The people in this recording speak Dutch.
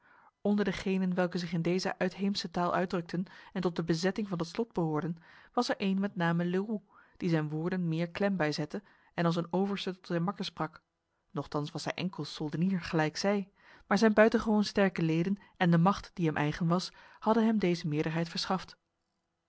onder degenen welke zich in deze uitheemse taal uitdrukten en tot de bezetting van het slot behoorden was er een met name leroux die zijn woorden meer klem bijzette en als een overste tot zijn makkers sprak nochtans was hij enkel soldenier gelijk zij maar zijn buitengewoon sterke leden en de macht die hem eigen was hadden hem deze meerderheid verschaft